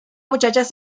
muchachas